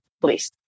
please